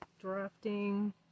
drafting